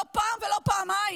לא פעם ולא פעמיים.